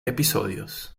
episodios